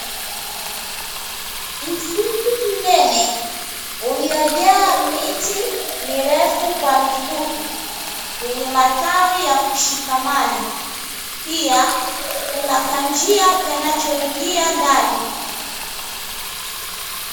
Msitu mnene uliojaa miti mirefu kwa mifupi, yenye matawi ya kushikamana, pia kuna kanjia kanachoingia ndani.